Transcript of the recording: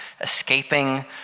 escaping